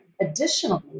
Additionally